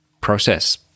process